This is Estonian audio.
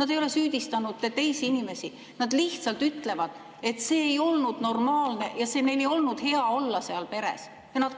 nad ei ole süüdistanud teisi inimesi, nad lihtsalt ütlevad, et see ei olnud normaalne ja neil ei olnud hea olla seal peres. Ja nad